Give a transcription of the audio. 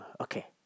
Okay